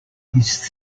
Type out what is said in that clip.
his